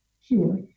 Sure